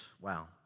wow